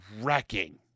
wrecking